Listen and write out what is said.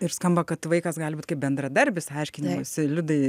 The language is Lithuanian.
ir skamba kad vaikas gali būt kaip bendradarbis aiškinimosi liudai